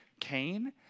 cain